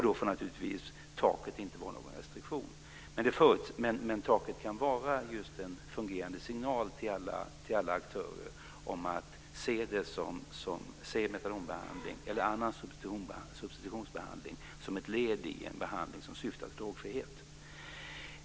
Då får naturligtvis taket inte vara någon restriktion. Taket kan dock vara just en fungerande signal till alla aktörer om att se metadonbehandling eller annan substitutionsbehandling som ett led i en behandling som syftar till drogfrihet.